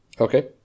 Okay